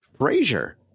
Frazier